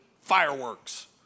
fireworks